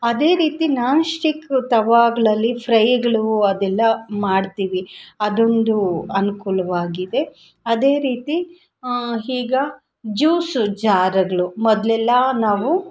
ಅದೇ ರೀತಿ ನಾನ್ಸ್ಟಿಕ್ ತವಾಗಳಲ್ಲಿ ಫ್ರೈಗಳೂ ಅದೆಲ್ಲ ಮಾಡ್ತೀವಿ ಅದೊಂದೂ ಅನುಕೂಲ್ವಾಗಿದೆ ಅದೇ ರೀತಿ ಈಗ ಜ್ಯೂಸು ಜಾರುಗ್ಳು ಮೊದಲೆಲ್ಲಾ ನಾವು